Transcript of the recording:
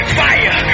fire